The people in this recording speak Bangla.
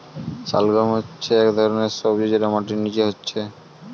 শালগাম হচ্ছে একটা ধরণের সবজি যেটা মাটির নিচে হচ্ছে